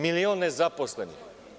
Milion nezaposlenih.